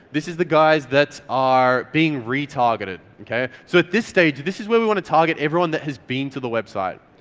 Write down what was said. this is the guys that are being retargeted. so at this stage, this is where we want to target everyone that has been to the website.